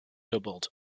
doubled